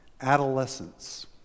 Adolescence